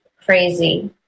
crazy